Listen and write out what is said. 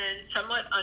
somewhat